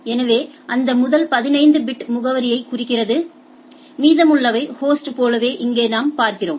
எனவே அந்த முதல் 15 பிட் முகவரியைக் குறிக்கிறது மீதமுள்ளவை ஹோஸ்ட் போலவே இங்கே நாம் பார்க்கிறோம்